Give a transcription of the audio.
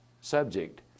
subject